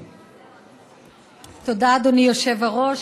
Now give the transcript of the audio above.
תודה, אדוני היושב-ראש.